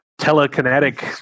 telekinetic